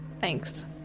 Thanks